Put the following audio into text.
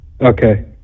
Okay